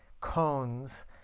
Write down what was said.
cones